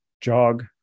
jog